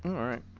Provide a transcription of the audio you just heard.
alright